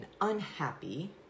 unhappy